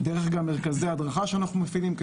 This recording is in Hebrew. דרך מרכזי הדרכה שאנחנו מפעילים.